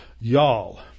y'all